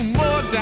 more